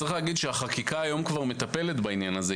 החקיקה כבר היום מטפלת בעניין הזה.